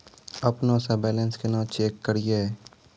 अपनों से बैलेंस केना चेक करियै?